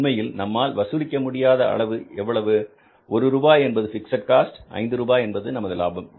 உண்மையில் நம்மால் வசூலிக்க முடியாத அளவு எவ்வளவு ஒரு ரூபாய் என்பது பிக்ஸட் காஸ்ட் ஐந்து ரூபாய் என்பது நமது லாபம்